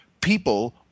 people